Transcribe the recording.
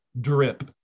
drip